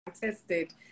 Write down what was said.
tested